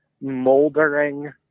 Moldering